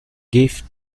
give